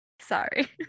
Sorry